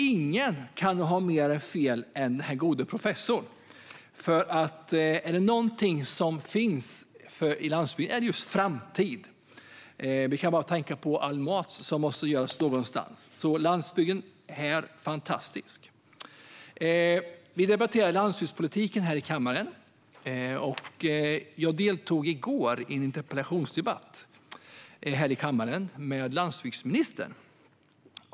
Ingen kan ha mer fel än den gode professorn, för är det någonting som finns på landsbygden är det just framtid. Vi kan bara tänka på all mat som måste göras någonstans. Landsbygden är fantastisk. Vi debatterar landsbygdspolitiken här i kammaren. Jag deltog i går i en interpellationsdebatt med landsbygdsministern.